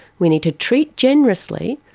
we need to treat generously,